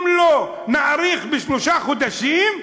אם לא נאריך בשלושה חודשים,